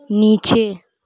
نیچے